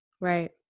Right